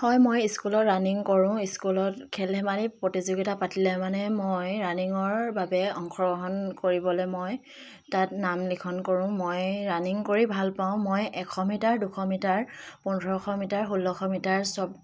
হয় মই স্কুলত ৰাণিং কৰোঁ স্কুলত খেল ধেমালি প্ৰতিযোগিতা পাতিলে মানে মই ৰাণিঙৰ বাবে অংশগ্ৰহণ কৰিবলৈ মই তাত নাম লিখন কৰোঁ মই ৰাণিং কৰি ভাল পাওঁ মই এশ মিটাৰ দুশ মিটাৰ পোন্ধৰশ মিটাৰ ষোল্লশ মিটাৰ চব